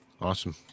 Awesome